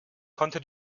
konnte